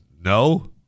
No